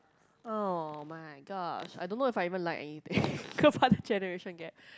oh-my-gosh I don't know if I even like anything but the generation gap